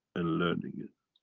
and learning it.